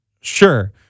sure